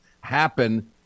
happen